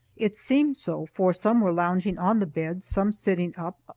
it seemed so, for some were lounging on the beds, some sitting up,